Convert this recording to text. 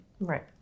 right